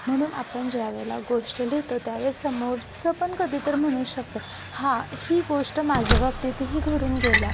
म्हणून आपण ज्यावेळेला गोष्ट लिहितो त्यावेळेस समोरचं पण कधी तर म्हणू शकतं आहे हा ही गोष्ट माझ्या बाबतीतही घडून गेली आहे